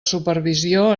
supervisió